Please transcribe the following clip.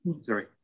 Sorry